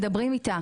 מדברים איתה,